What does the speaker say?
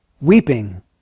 Weeping